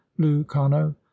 Lucano